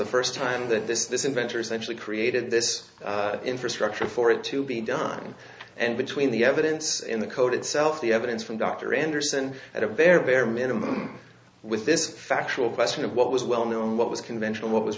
the first time that this inventors actually created this infrastructure for it to be done and between the evidence in the code itself the evidence from dr anderson at a very bare minimum with this factual question of what was well known what was conventional what was